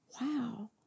wow